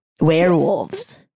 Werewolves